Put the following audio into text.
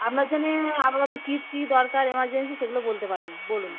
আপনার জন্যে আপনাদের কী কী দরকার এমার্জেন্সি সেগুলো বলতে পারেন বলুন